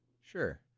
Sure